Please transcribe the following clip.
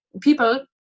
people